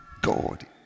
God